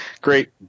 great